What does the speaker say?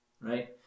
right